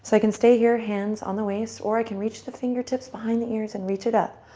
so i can stay here, hands on the waist, or i can reach the fingertips behind the ears and reach it up.